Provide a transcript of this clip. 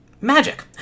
Magic